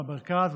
במרכז,